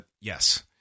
yes